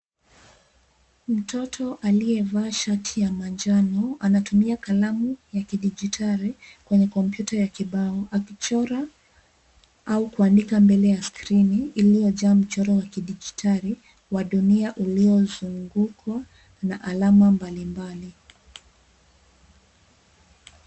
Mtoto aliyevaa shati la manjano anatumia kalamu ya kidijitali kwenye kompyuta ya kibao akichora au kuandika mbele ya skrini iliyojaa mchoro wa kidijitali wa dunia uliozingukwa na alama mbalimbali.